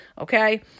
Okay